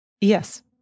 Yes